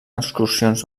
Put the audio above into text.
excursions